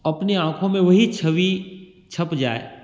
अपनी आँखों में वही छवि छप जाए